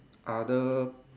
other